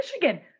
Michigan